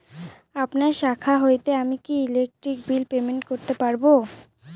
আপনার শাখা হইতে আমি কি ইলেকট্রিক বিল পেমেন্ট করতে পারব?